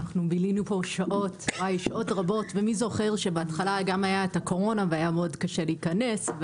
בילינו שעות רבות ומי זוכר שבהתחלה היה הקורונה והיה מאוד קשה להיכנס,